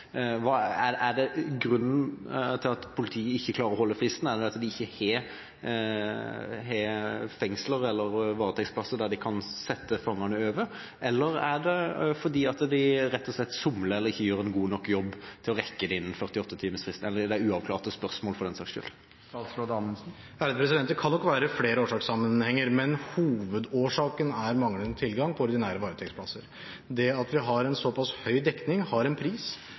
er grunnen til at politiet ikke klarer å holde fristen at de ikke har varetektsplasser der de kan sette fangene, er det det at de rett og slett somler – eller ikke gjør en god nok jobb for å rekke det innen 48-timerfristen – eller er det uavklarte spørsmål, for den saks skyld? Det kan nok være flere årsakssammenhenger, men hovedårsaken er manglende tilgang på ordinære varektsplasser. Det at vi har en såpass høy dekning, har en pris,